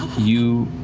you,